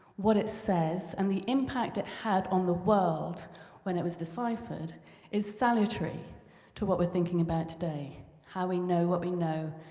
what it says, and the impact it had on the world when it was deciphered is salutary to the what we're thinking about today how we know what we know,